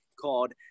called